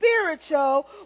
spiritual